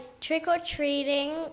trick-or-treating